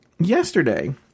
yesterday